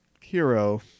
hero